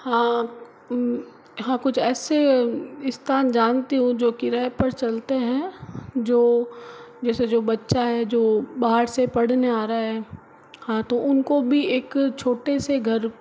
हाँ हाँ कुछ ऐसे स्थान जानती हूँ जो किराए पर चलते हैं जो जैसे जो बच्चा है जो बाहर से पढ़ने आ रहा है हाँ तो उनको बी एक छोटे से घर